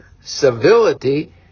civility